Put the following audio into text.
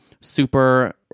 super